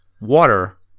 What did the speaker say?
water